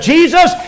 Jesus